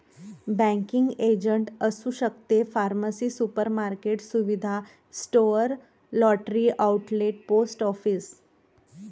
banking agent असू शकते pharmacy supermarket सुविधा store lottery outlet post office